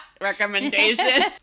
recommendation